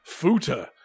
futa